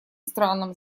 странам